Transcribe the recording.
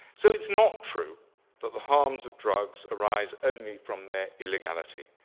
so it's not true that the harms of drugs arise only from their illegality.